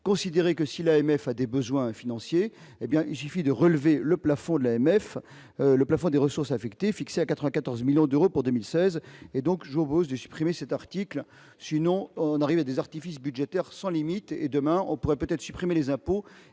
considérer que si l'AMF a des besoins financiers, hé bien, il suffit de relever le plafond de l'AMF, le plafond des ressources affectées, fixé à 94 millions d'euros pour 2016 et donc je vous pose de supprimer cet article sinon on arrive à des artifices budgétaires sans limite et demain on pourrait peut-être supprimer les impôts